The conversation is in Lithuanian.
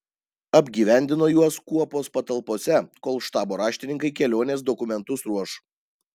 apgyvendino juos kuopos patalpose kol štabo raštininkai kelionės dokumentus ruoš